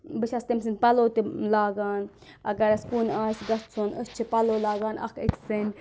بہٕ چھَس تٔمۍ سٕنٛدۍ پَلَو تہِ لاگان اگر اَسہِ کُن آسہِ گژھُن أسۍ چھِ پَلو لاگان اَکھ أکۍ سٕنٛدۍ